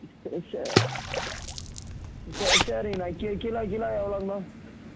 சே சே சரிங்கண்ணா kilo kilo எவ்வளோங்ண்ணா